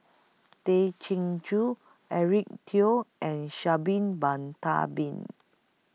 Tay Chin Joo Eric Teo and Sha Bin Bon Tabin